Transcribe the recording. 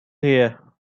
here